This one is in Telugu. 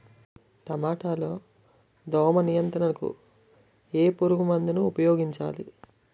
టమాటా లో దోమ నియంత్రణకు ఏ పురుగుమందును ఉపయోగించాలి?